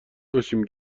باشیم